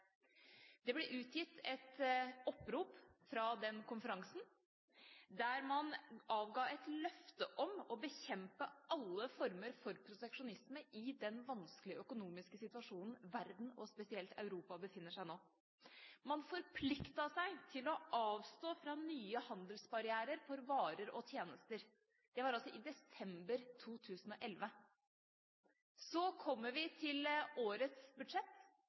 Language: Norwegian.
Det ble utgitt et opprop fra konferansen, hvor man avga et løfte om å bekjempe alle former for proteksjonisme i den vanskelige økonomiske situasjonen verden og spesielt Europa befinner seg i nå. Man forpliktet seg til å avstå fra nye handelsbarrierer for varer og tjenester. Det var i desember 2011. Så kommer vi til årets budsjett,